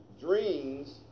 dreams